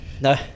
no